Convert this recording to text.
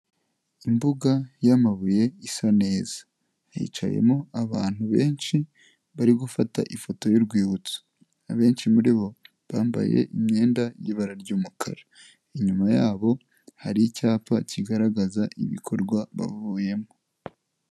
Imbuga y'amabuye isa neza, hicayemo abantu benshi bari gufata ifoto y'urwibutso, abenshi muri bo bambaye imyenda y'ibara ry'umukara, inyuma yabo hari icyapa kigaragaza ibikorwa bavuyemo.